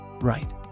right